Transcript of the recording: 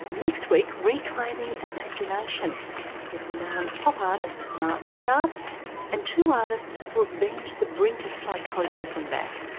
ah next week, reclaiming imagination with renowned pop artist martin sharp and two artists who have been to the brink of psychosis and back,